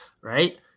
right